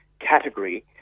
category